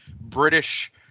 British